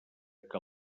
que